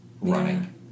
running